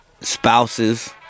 spouses